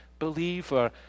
believer